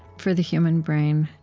for the human brain,